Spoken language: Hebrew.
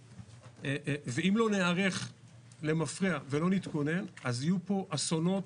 ואם לא ניערך למפרע ולא נתכונן, יהיו פה אסונות.